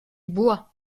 bois